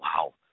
wow